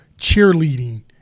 cheerleading